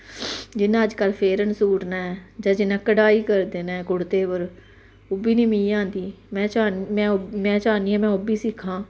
जियां अज्जकल फेरन सूट न जां जियां कड़ाई करदे न कुर्ते पर ओह् बी ना मीं आंदी में में चाह्न्नीं चाह्न्नी आं में ओह् बी सिक्खां